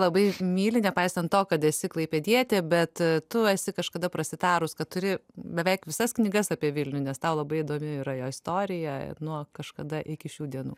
labai myli nepaisant to kad esi klaipėdietė bet tu esi kažkada prasitarus kad turi beveik visas knygas apie vilnių nes tau labai įdomi yra jo istorija nuo kažkada iki šių dienų